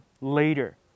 later